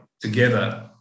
together